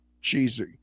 cheesy